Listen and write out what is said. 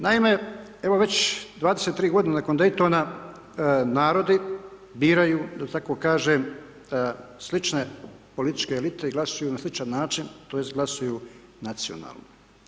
Naime, evo već 23 godine nakon Daytona, narodi biraju da tako kažem slične političke elite i glasuju na sličan način, to jest glasuju nacionalno.